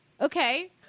Okay